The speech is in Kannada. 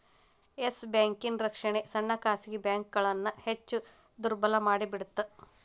ಎಸ್ ಬ್ಯಾಂಕಿನ್ ರಕ್ಷಣೆ ಸಣ್ಣ ಖಾಸಗಿ ಬ್ಯಾಂಕ್ಗಳನ್ನ ಹೆಚ್ ದುರ್ಬಲಮಾಡಿಬಿಡ್ತ್